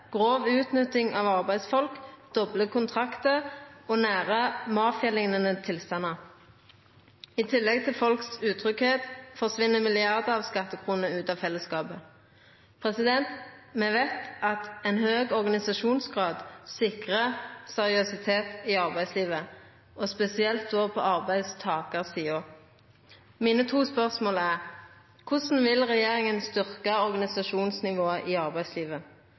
grov utnytting av arbeidsfolk, doble kontraktar og nær mafialiknande tilstandar. I tillegg til folks utryggheit forsvinn milliardar av skattekroner ut av fellesskapet. Me veit at ein høg organisasjonsgrad sikrar seriøsitet i arbeidslivet, spesielt på arbeidstakarsida. Dei to spørsmåla mine er: Korleis vil regjeringa styrkja organisasjonsnivået i arbeidslivet?